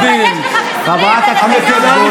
חברת הכנסת דיסטל, החוצה.